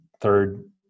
third